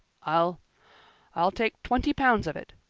i'll i'll take twenty pounds of it,